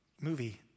movie